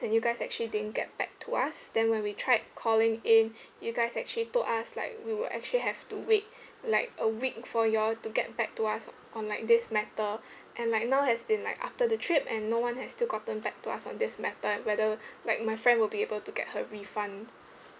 and you guys actually didn't get back to us then when we tried calling in you guys actually told us like we will actually have to wait like a week for you all to get back to us on like this matter and like now has been like after the trip and no one has still gotten back to us on this matter and whether like my friend will be able to get her refund